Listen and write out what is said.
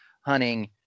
hunting